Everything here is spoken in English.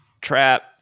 trap